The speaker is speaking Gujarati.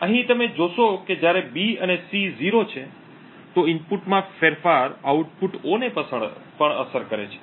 અહીં તમે જોશો કે જ્યારે B અને C 0 છે તો ઇનપુટ માં ફેરફાર આઉટપુટ O ને પણ અસર કરે છે